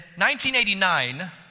1989